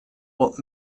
what